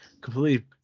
completely